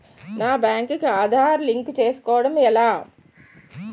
నా బ్యాంక్ కి ఆధార్ లింక్ చేసుకోవడం ఎలా?